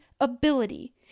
ability